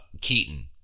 Keaton